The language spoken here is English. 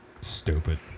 Stupid